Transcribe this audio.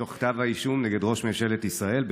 מתוך כתב האישום נגד ראש ממשלת ישראל,